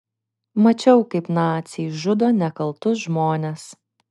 mačiau kaip naciai žudo nekaltus žmones